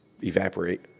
evaporate